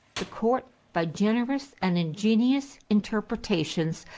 the court, by generous and ingenious interpretations,